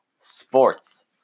Sports